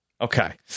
Okay